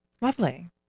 Lovely